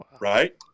right